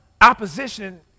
opposition